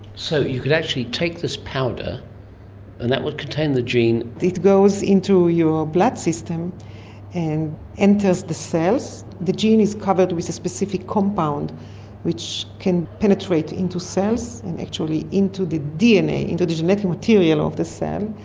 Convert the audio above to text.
so you could actually take this powder and that would contain the gene? it goes into your blood system and enters the cells. the gene is covered with a specific compound which can penetrate into cells and actually into the dna, into the genetic material of the cell,